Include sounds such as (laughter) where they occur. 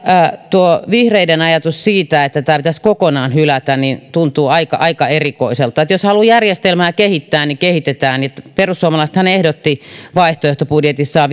tuo vihreiden ajatus siitä että tämä pitäisi kokonaan hylätä tuntuu aika aika erikoiselta jos haluaa järjestelmää kehittää niin kehitetään perussuomalaisethan ehdotti vaihtoehtobudjetissaan (unintelligible)